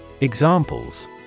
Examples